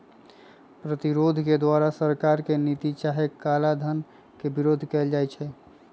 प्रतिरोध के द्वारा सरकार के नीति चाहे कराधान के विरोध कएल जाइ छइ